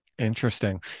Interesting